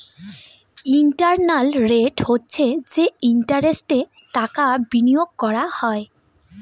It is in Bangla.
ইন্টারনাল রেট হচ্ছে যে ইন্টারেস্টে টাকা বিনিয়োগ করা হয়